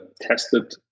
tested